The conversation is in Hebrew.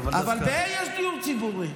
אבל בשכונה ה' יש דיור ציבורי.